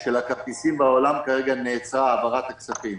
של הכרטיסים בעולם כרגע נעצרה העברת הכספים.